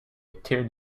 tuned